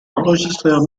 enregistreur